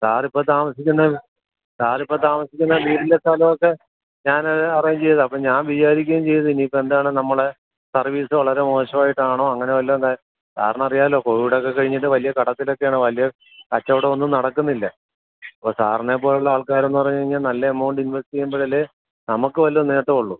സാറിപ്പോൾ താമസിക്കുന്നത് സാറിപ്പോൾ താമസിക്കുന്ന വീടിൻ്റെ സ്ഥലമൊക്കെ ഞാനത് അറേഞ്ച് ചെയ്തതാണ് അപ്പം ഞാൻ വിചാരിക്കേം ചെയ്തു ഇനിയിപ്പോൾ എന്താണ് നമ്മളെ സർവീസ് വളരെ മോശമായിട്ടാണോ അങ്ങനെ വല്ലോം സാ സാറിനറിയാമല്ലോ കോവിഡ് ഒക്കെ കഴിഞ്ഞിട്ട് വലിയ കടത്തിലൊക്കേണ് വലിയ കച്ചവടം ഒന്നും നടക്കുന്നില്ല അപ്പോൾ സാറിനെ പോലുള്ള ആൾക്കാരുന്ന് പറഞ്ഞു കഴിഞ്ഞാൽ നല്ല എമൗണ്ട് ഇൻവെസ്റ്റ് ചെയ്യുമ്പോഴല്ലേ നമുക്ക് വല്ല നേട്ടവുമുള്ളൂ